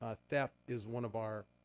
ah theft is one of our